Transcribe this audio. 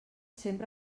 sempre